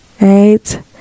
right